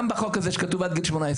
גם בחוק הזה שכתוב עד גיל 18,